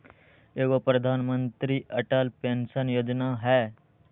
एगो प्रधानमंत्री अटल पेंसन योजना है?